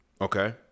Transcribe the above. Okay